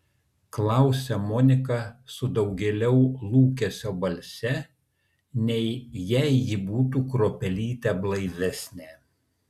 klausia monika su daugėliau lūkesio balse nei jei ji būtų kruopelytę blaivesnė